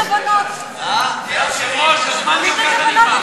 אדוני היושב-ראש, הזמן נגמר.